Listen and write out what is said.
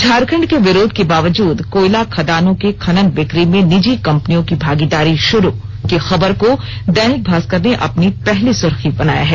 झारखंड के विरोध के बाबजूद कोयला खदानों के खनन बिक्री में नीजि कंपनियों की भागीदारी शुरू की खबर को दैनिक भास्कर ने अपनी पहली सुर्खी बनाया है